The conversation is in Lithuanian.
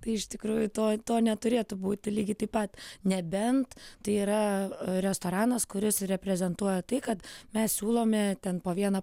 tai iš tikrųjų to to neturėtų būti lygiai taip pat nebent tai yra restoranas kuris reprezentuoja tai kad mes siūlome ten po vieną